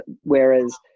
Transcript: Whereas